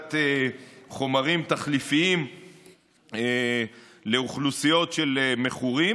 להעמדת חומרים תחליפיים לאוכלוסיות של מכורים,